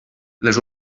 les